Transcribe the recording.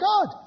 God